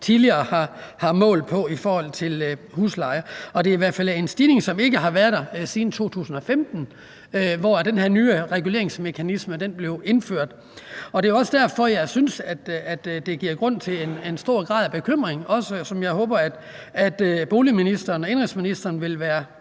tidligere har målt på i forhold til husleje. Og det er i hvert fald en stigning, som ikke har været der siden 2015, hvor den her nye reguleringsmekanisme blev indført. Det er jo også derfor, at jeg synes, at det giver grund til en stor grad af bekymring, som jeg også håber at indenrigs- og boligministeren vil være